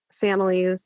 families